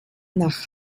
nach